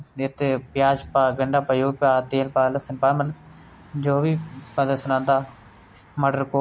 अग्गें अग्गें बढ़दे न इक्क उंदी कविता मिगी बड़ी अच्छी लग्गी की सूखे पीले पत्तों ने क्या कहा